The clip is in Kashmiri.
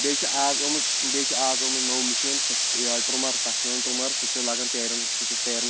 بیٚیہِ چھِ اَز ٲمٕژ بیٚیہِ چھِ اَز ٲمٕژ نو مِشیٖن سۄ چھِ ٹُرٛمَر تَتھ چھِ وَنان ٹُرٛمَر سُہ چھِ لَگان تیرٮ۪ن سُہ چھِ تیرٮ۪ن